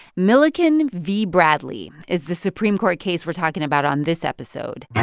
milliken v. bradley is the supreme court case we're talking about on this episode.